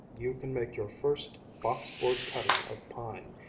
you can make your first, box-board cutting of pine,